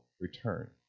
return